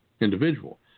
individual